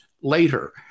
later